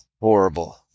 horrible